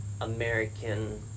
American